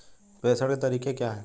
प्रेषण के तरीके क्या हैं?